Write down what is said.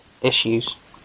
issues